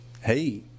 hey